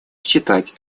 считать